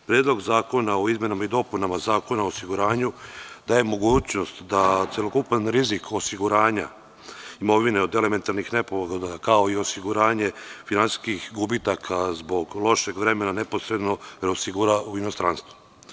Predlog zakona o izmenama i dopunama Zakona o osiguranju daje mogućnost da celokupan rizik osiguranja imovine od elementarnih nepogoda, kao i osiguranje finansijskih gubitaka zbog lošeg vremena neposredno se osigurava u inostranstvu.